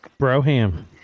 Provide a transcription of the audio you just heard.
Broham